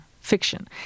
fiction